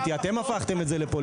אפסיק לקחת את זה.